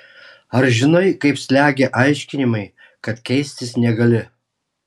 ar žinai kaip slegia aiškinimai kad keistis negali